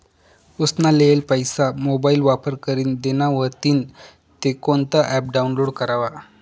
उसना लेयेल पैसा मोबाईल वापर करीन देना व्हतीन ते कोणतं ॲप डाऊनलोड करवा?